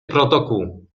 protokół